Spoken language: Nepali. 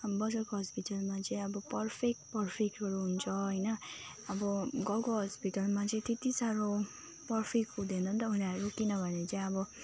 अब बजारको हस्पिटलमा चाहिँ अब पर्फेक्ट पर्फेक्टहरू हुन्छ होइन अब गाउँको हस्पिटलमा चाहिँ त्यति साह्रो पर्फेक्ट हुँदैनन् त उनीहरू किनभने चाहिँ अब